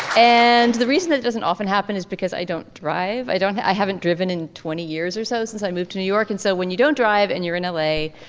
and the reason that doesn't often happen is because i don't drive. i don't. i haven't driven in twenty years or so since i moved to new york and so when you don't drive and you're in l a.